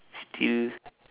still